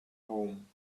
home